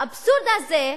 האבסורד הזה,